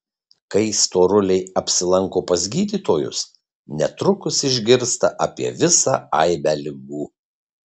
kai storuliai apsilanko pas gydytojus netrukus išgirsta apie visą aibę ligų